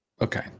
Okay